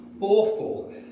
awful